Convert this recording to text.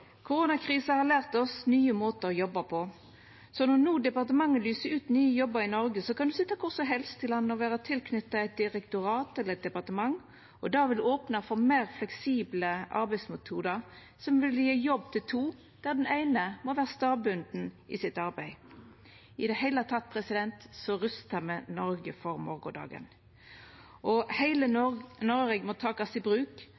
har lært oss nye måtar å jobba på. Når departementet no lyser ut nye jobbar i Noreg, kan ein sitja kvar som helst i landet og vera knytt til eit direktorat eller eit departement. Det vil opna for meir fleksible arbeidsmetodar, som vil gje jobb til to der den eine må vera stadbunden i sitt arbeid. I det heile rustar me Noreg for morgondagen. Og heile Noreg må takast i bruk,